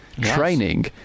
training